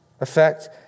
effect